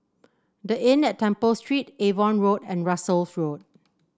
The Inn at Temple Street Avon Road and Russels Road